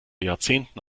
jahrzehnten